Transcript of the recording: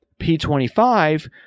P25